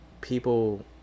people